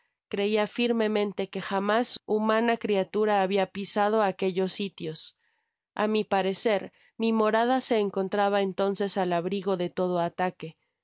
creía firmemente que jamás humana cria tora habia pisado aquellos sitios a mi parecer mi morada se encontraba entonces al abrigo de todo ataque tenia